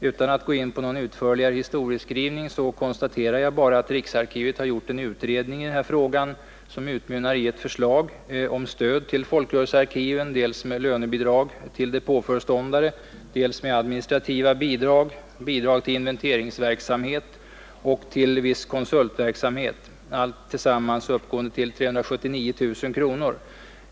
Utan att gå in på någon utförligare historieskrivning konstaterar jag bara att riksarkivet har gjort en utredning i den här frågan, som utmynnar i ett förslag om stöd till folkrörelsearkiven med lönebidrag åt depåföreståndare, administrativa bidrag, bidrag till inventeringsverksamhet och till viss konsultverksamhet, allt tillsammans uppgående till 379 000 kronor.